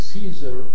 Caesar